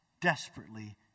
desperately